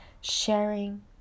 sharing